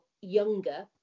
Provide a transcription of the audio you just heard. younger